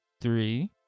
Three